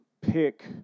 pick